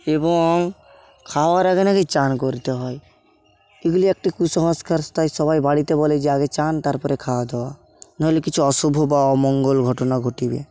এবং খাওয়ার আগে নাকি স্নান করতে হয় এগুলি একটা কুসংস্কার তাই সবাই বাড়িতে বলে যে আগে চান তারপরে খাওয়া দাওয়া নাহলে কিছু অশুভ বা অমঙ্গল ঘটনা ঘটিবে